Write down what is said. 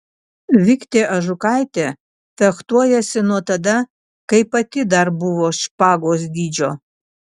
viktė ažukaitė fechtuojasi nuo tada kai pati dar buvo špagos dydžio